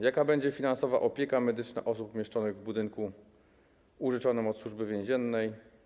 Jaka będzie finansowa opieka medyczna w przypadku osób umieszczonych w budynku użyczonym od Służby Więziennej?